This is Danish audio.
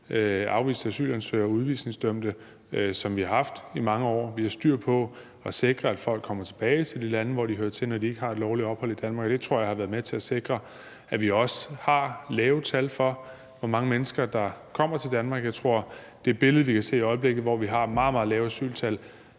afviste asylansøgere og udvisningsdømte, som vi har haft i mange år. Vi har styr på at sikre, at folk kommer tilbage til de lande, hvor de hører til, når de ikke har lovligt ophold i Danmark. Det tror jeg har været med til at sikre, at vi også har lave tal for, hvor mange mennesker der kommer til Danmark. Jeg tror, det billede, vi kan se i øjeblikket, hvor vi har meget, meget lave asyltal,